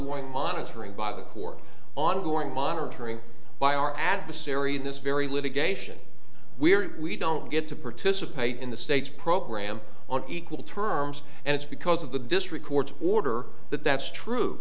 ongoing monitoring by the court ongoing monitoring by our adversary in this very litigation we're we don't get to participate in the state's program on equal terms and it's because of the district court's order that that's true